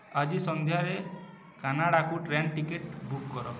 ଆଜି ସନ୍ଧ୍ୟାରେ କାନାଡ଼ାକୁ ଟ୍ରେନ୍ ଟିକେଟ୍ ବୁକ୍ କର